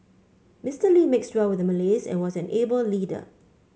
Mister Lee mixed well with the Malays and was an able leader